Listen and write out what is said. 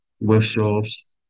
workshops